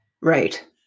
Right